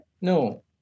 No